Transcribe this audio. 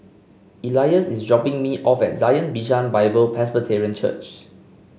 Elias is dropping me off at Zion Bishan Bible Presbyterian Church